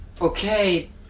Okay